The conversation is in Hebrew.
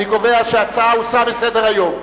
אני קובע שההצעה הוסרה מסדר-היום.